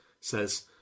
says